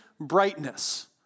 brightness